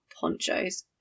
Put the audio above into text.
ponchos